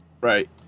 right